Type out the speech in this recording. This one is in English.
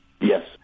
Yes